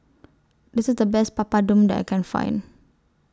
This IS The Best Papadum that I Can Find